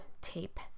tape